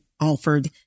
offered